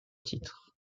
titre